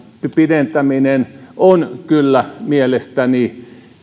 pidentäminen on kyllä mielestäni